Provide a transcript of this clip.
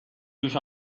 جوش